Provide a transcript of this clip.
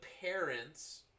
parents